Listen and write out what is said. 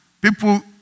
People